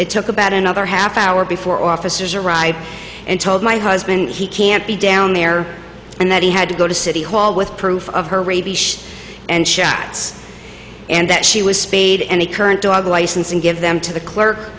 it took about another half hour before officers arrived and told my husband he can't be down there and that he had to go to city hall with proof of her ray beach and shots and that she was spayed any current dog license and give them to the clerk